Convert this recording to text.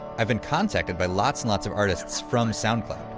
i have been contacted by lots and lots of artists from soundcloud,